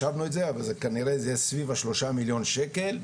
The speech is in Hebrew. כנראה זה סביב השלושה מיליון שקל,